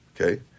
Okay